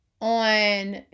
on